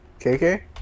KK